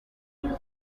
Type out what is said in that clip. real